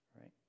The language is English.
right